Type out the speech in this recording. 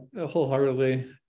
wholeheartedly